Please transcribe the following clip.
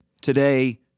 Today